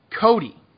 Cody